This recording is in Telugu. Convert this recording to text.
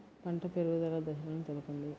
పంట పెరుగుదల దశలను తెలపండి?